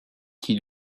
qui